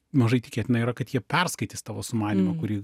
mažai tikėtina yra kad jie perskaitys tavo sumanymą kurį